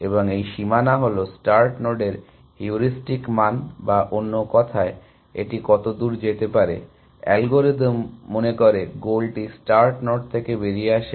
এবং এই সীমানা হল স্টার্ট নোডের হিউরিস্টিক মান বা অন্য কথায় এটি কতদূর যেতে পারে অ্যালগরিদম মনে করে গোলটি স্টার্ট নোড থেকে বেরিয়ে আসে